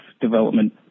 development